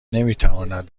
نمیتواند